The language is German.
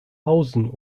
hausen